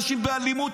אנשים באלימות,